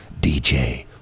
DJ